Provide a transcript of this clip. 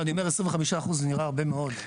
אבל אני אומר ש-25% זה נראה הרבה מאוד.